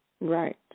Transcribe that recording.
Right